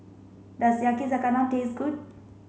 does Yakizakana taste good